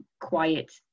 quiet